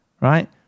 right